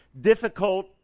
difficult